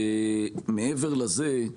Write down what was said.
מעבר לזה,